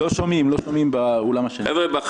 יש